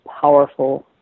powerful